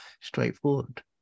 straightforward